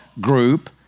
group